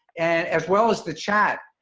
and as well as the chat